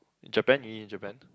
Japan you eat in Japan